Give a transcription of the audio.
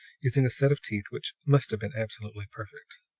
using a set of teeth which must have been absolutely perfect.